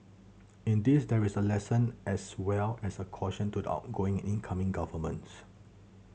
in this there is a lesson as well as a caution to the outgoing and incoming governments